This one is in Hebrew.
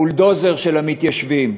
הבולדוזר של המתיישבים.